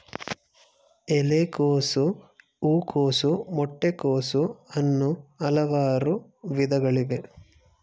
ಎಲೆಕೋಸು, ಹೂಕೋಸು, ಮೊಟ್ಟೆ ಕೋಸು, ಅನ್ನೂ ಹಲವಾರು ವಿಧಗಳಿವೆ